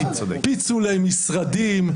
פיצולי משרדים,